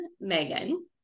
Megan